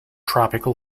tropical